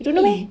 !ee!